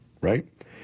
right